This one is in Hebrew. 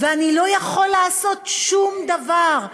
ואני לא יכול לעשות שום דבר,